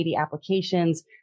applications